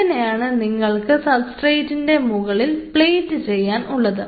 ഇതിനെയാണ് നിങ്ങൾക്ക് സബ്സ്ട്രേറ്റിൻറെ മുകളിൽ പ്ലേറ്റ് ചെയ്യാനുള്ളത്